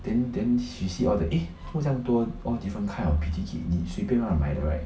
then then she see all the eh 怎么这样多 all different kind of P_T kit 你随便乱买的 right